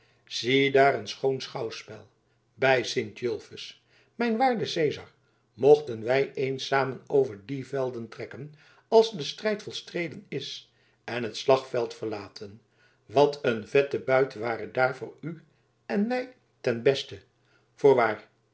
ziedaar een schoon schouwspel bij sint julfus mijn waarde cezar mochten wij eens samen over die velden trekken als de strijd volstreden is en het slagveld verlaten wat een vette buit ware daar voor u en mij ten beste